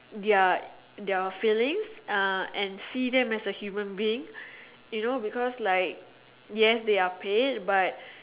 their their feelings uh and see them as a human being you know because like yes they are paid